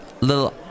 little